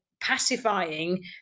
pacifying